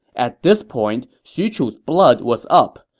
at this point, xu chu's blood was up.